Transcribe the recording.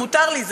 אם מותר לי,